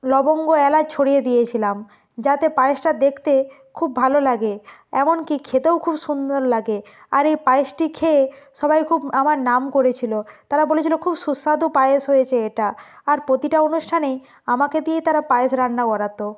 লবঙ্গ এলাচ ছড়িয়ে দিয়েছিলাম যাতে পায়েসটা দেখতে খুব ভালো লাগে এমনকি খেতেও খুব সুন্দর লাগে আর এই পায়েসটি খেয়ে সবাই খুব আমার নাম করেছিলো তারা বলেছিলো খুব সুস্বাদু পায়েস হয়েছে এটা আর প্রতিটা অনুষ্ঠানেই আমাকে দিয়ে তারা পায়েস রান্না করাত